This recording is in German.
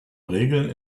regeln